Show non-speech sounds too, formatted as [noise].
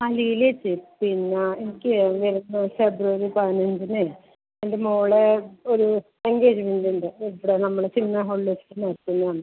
ആ ലീലേച്ചീ പിന്നെ എനിക്ക് ഫെബ്രുവരി പതിനഞ്ചിന് എൻ്റെ മോളെ ഒരു എൻഗേജ്മെൻ്റ് ഉണ്ട് [unintelligible] നമ്മളെ ചിന്മയാ ഹോളിൽ വച്ചിട്ട് നടത്തുന്നതാണ്